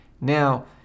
Now